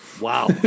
Wow